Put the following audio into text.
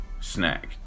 snack